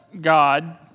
God